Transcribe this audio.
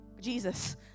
Jesus